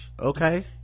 Okay